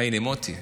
הינה מוטי.